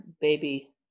baby